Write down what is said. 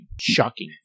Shocking